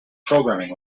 programming